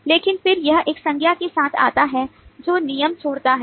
लेकिन फिर यह एक संज्ञा के साथ आता है जो नियम छोड़ता है